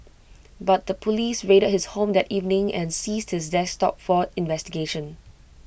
but the Police raided his home that evening and seized his desktop for investigation